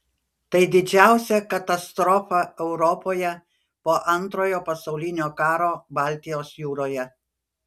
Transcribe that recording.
tai didžiausia katastrofa europoje po antrojo pasaulinio karo baltijos jūroje